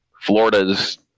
Florida's